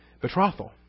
betrothal